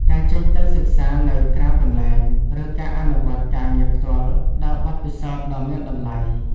ការចេញទៅសិក្សានៅក្រៅកន្លែង ឬការអនុវត្តការងារផ្ទាល់ ផ្តល់បទពិសោធន៍ដ៏មានតម្លៃ។